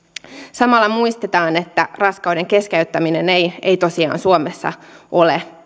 samalla muistetaan että raskauden keskeyttäminen ei ei tosiaan suomessa ole